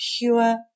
pure